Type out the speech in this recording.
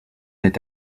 est